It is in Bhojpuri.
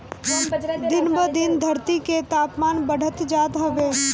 दिन ब दिन धरती के तापमान बढ़त जात बाटे